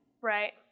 Right